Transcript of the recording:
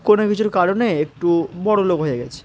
কোনো কিছুর কারণে একটু বড়লোক হয়ে গিয়েছে